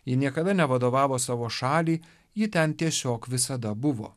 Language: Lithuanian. ji niekada nevadovavo savo šaliai ji ten tiesiog visada buvo